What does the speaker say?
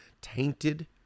tainted